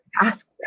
ask